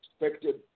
expected